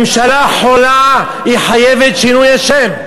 ממשלה חולה, היא חייבת שינוי השם.